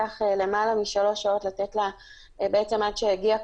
לקח למעלה משלוש שעות עד שהגיע כונן,